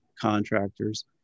contractors